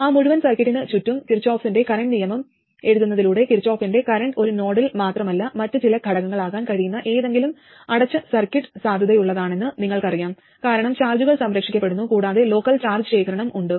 ആ മുഴുവൻ സർക്യൂട്ടിനു ചുറ്റും കിർചോഫിന്റെ കറന്റ് നിയമം എഴുതുന്നതിലൂടെ കിർചോഫിന്റെ കറൻറ് ഒരു നോഡിൽ മാത്രമല്ല മറ്റ് ചില ഘടകങ്ങളാകാൻ കഴിയുന്ന ഏതെങ്കിലും അടച്ച സർക്യൂട്ട് സാധുതയുള്ളതാണെന്ന് നിങ്ങൾക്കറിയാം കാരണം ചാർജുകൾ സംരക്ഷിക്കപ്പെടുന്നു കൂടാതെ ലോക്കൽ ചാർജ് ശേഖരണം ഉണ്ട്